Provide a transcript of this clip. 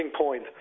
point